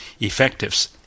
effectives